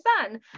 son